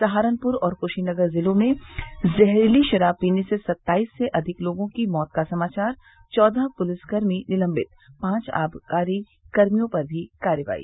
सहारनपुर तथा कुशीनगर जिलों में जहरीली शराब पीने से सत्ताईस से अधिक लोगों की मौत का समाचार चौदह पुलिसकर्मी निलम्बित पांच आबकारी कर्मियों पर भी कार्रवाई